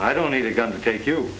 i don't need a gun to take you